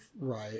right